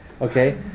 okay